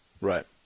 Right